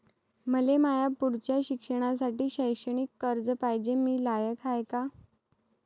मले माया पुढच्या शिक्षणासाठी शैक्षणिक कर्ज पायजे, मी लायक हाय का?